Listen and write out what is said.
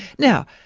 now,